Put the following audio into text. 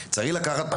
צריך לקחת בחשבון,